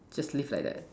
just live like that